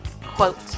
Quote